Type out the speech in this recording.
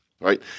right